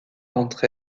d’entre